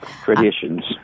traditions